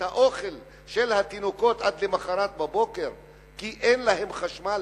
האוכל של התינוקות עד למחרת בבוקר כי אין להם חשמל,